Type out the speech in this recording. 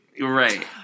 Right